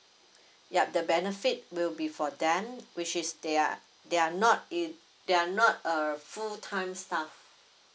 yup the benefit will be for them which is they are they are not in they are not a fulltime staff